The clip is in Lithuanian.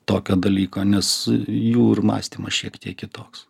tokio dalyko nes jų ir mąstymas šiek tiek kitoks